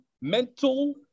mental